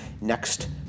next